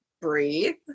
breathe